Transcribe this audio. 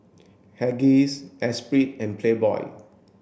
Huggies Esprit and Playboy